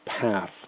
path